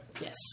Yes